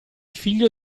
figlio